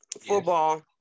Football